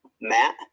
Matt